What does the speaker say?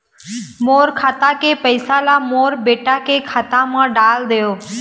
मोर खाता के पैसा ला मोर बेटा के खाता मा डाल देव?